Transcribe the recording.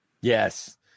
Yes